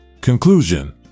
Conclusion